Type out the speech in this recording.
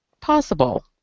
possible